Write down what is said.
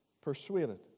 persuaded